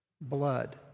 blood